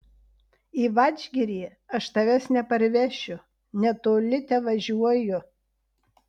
į vadžgirį aš tavęs neparvešiu netoli tevažiuoju